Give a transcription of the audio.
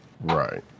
Right